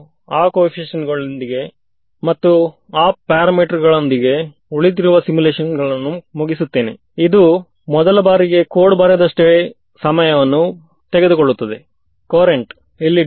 ನೆನಪಿಡಿ ಇದು 2D TM polarisation ಅರ್ಥಾತ್ x yಕಕ್ಷದಲ್ಲಿ ಎಂದರ್ಥ ಇವೆಲ್ಲ 2 ವೇರಿಯೇಬಲ್ಸ್ 3 ವೇರಿಯೇಬಲ್ಸ್ಗಳು